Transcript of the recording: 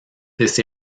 this